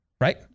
right